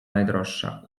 najdroższa